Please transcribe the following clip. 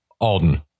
Alden